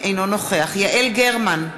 אינו נוכח יעל גרמן,